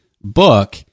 book